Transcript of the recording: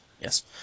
yes